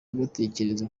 batekereza